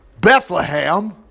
Bethlehem